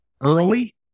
early